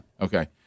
Okay